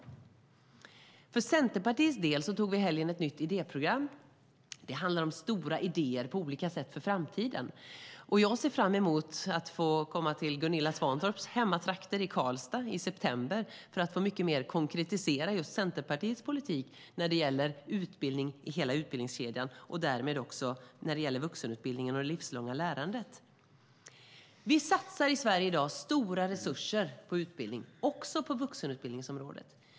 För Centerpartiets del antog vi i helgen ett nytt idéprogram. Det handlar om stora idéer för framtiden på olika sätt. Jag ser fram emot att få komma till Gunilla Svantorps hemtrakter i Karlstad i september för att få konkretisera just Centerpartiets politik när det gäller utbildning i hela utbildningskedjan och därmed också när det gäller vuxenutbildningen och det livslånga lärandet. Vi satsar i Sverige i dag stora resurser på utbildning, också på vuxenutbildningsområdet.